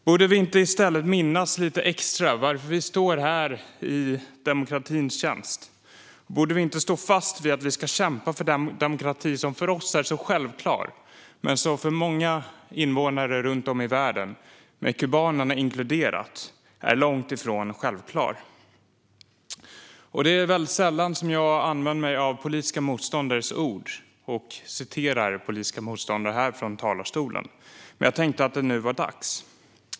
Borde vi inte i stället lite extra minnas varför vi står här i demokratins tjänst? Borde vi inte stå fast vid att vi ska kämpa för den demokrati som för oss är så självklar men som för många människor runt om i världen, inklusive kubanerna, är långt ifrån någon självklarhet? Det är sällan jag använder mig av politiska motståndares ord och citerar dem från talarstolen, men jag tänkte att det nu var dags.